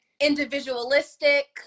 individualistic